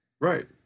Right